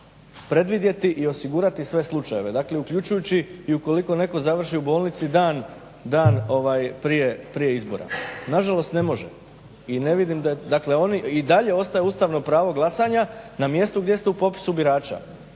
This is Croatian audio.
predvidjeti i osigurati sve slučajeva dakle uključujući ukoliko netko završi u bolnici dan prije izbora. Nažalost ne može i ne vidim dakle oni i dalje ostaje ustavno pravo glasanja na mjesto gdje ste u popisu birača.